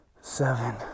seven